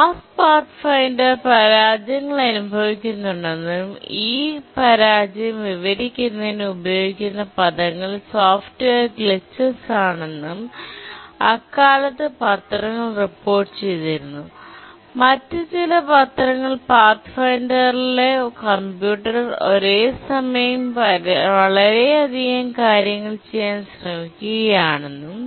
Mars pathfinder പരാജയങ്ങൾ അനുഭവിക്കുന്നുണ്ടെന്നും ഈ പരാജയം വിവരിക്കുന്നതിന് ഉപയോഗിക്കുന്ന പദങ്ങൾ സോഫ്റ്റ്വെയർ ഗ്ലിട്ചെസ് ആണെന്നും അക്കാലത്ത് പത്രങ്ങൾ റിപ്പോർട്ട് ചെയ്തിരുന്നു മറ്റ് ചില പത്രങ്ങൾ പാത്ത്ഫൈൻഡറിലെ കമ്പ്യൂട്ടർ ഒരേസമയം വളരെയധികം കാര്യങ്ങൾ ചെയ്യാൻ ശ്രമിക്കുകയാണെന്നും